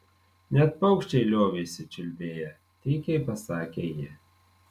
net paukščiai liovėsi čiulbėję tykiai pasakė ji